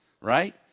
right